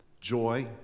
joy